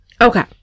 Okay